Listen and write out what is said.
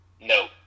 No